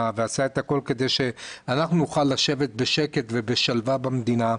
ועשה את הכול כדי שאנחנו נוכל לשבת בשקט ובשלווה במדינה.